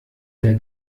der